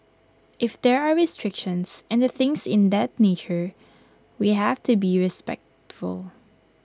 if there are restrictions and the things in that nature we have to be respectful